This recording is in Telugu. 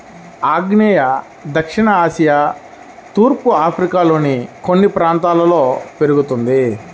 ఆగ్నేయ దక్షిణ ఆసియా తూర్పు ఆఫ్రికాలోని కొన్ని ప్రాంతాల్లో పెరుగుతుంది